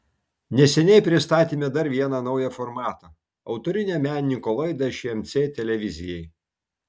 neseniai pristatėme dar vieną naują formatą autorinę menininko laidą šmc televizijai